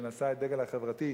שנשא את הדגל החברתי,